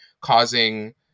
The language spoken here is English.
causing